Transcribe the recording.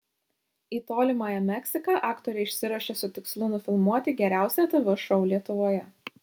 į tolimąją meksiką aktoriai išsiruošė su tikslu nufilmuoti geriausią tv šou lietuvoje